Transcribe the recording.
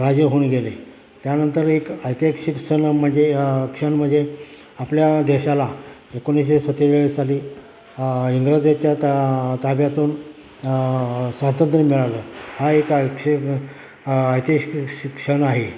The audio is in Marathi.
राजे होऊन गेले त्यानंतर एक ऐतिहासिक सण म्हणजे क्षण म्हणजे आपल्या देशाला एकोणीसशे सत्तेचाळीस साली इंग्रजेच्या ता ताब्यातून स्वातंत्र्य मिळालं हा एक ऐक्ष क्षण आहे